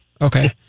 Okay